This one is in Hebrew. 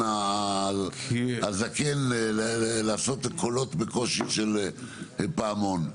הזקן לעשות קולות בקושי של פעמון.